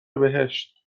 بهشت